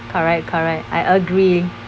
correct correct I agree